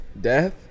Death